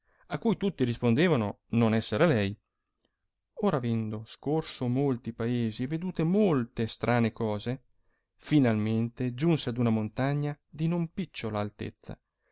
a cui tutti rispondevano non esser lei or avendo scorso molti paesi e vedute molte strane cose finalmente giunse ad una montagna di non picciola altezza